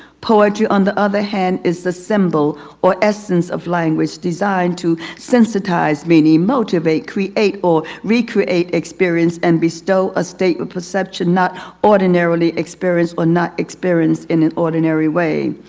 poetry, on the other hand, is the symbol or essence of language. designed to sensitize meaning, motivate, create, or, or recreate, experience, and bestow a state of perception not ordinarily experienced, or not experienced, in an ordinary way.